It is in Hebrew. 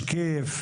משקיף,